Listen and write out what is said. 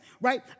Right